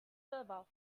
server